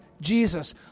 Jesus